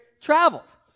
travels